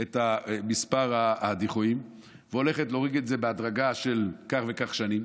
את מספר הדחיות והולכת להוריד את זה בהדרגה של כך וכך שנים.